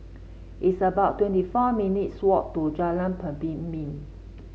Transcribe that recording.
it's about twenty four minutes walk to Jalan Pemimpin